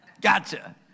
Gotcha